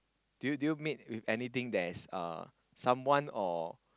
do you do you meet with anything that is uh someone or